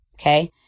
Okay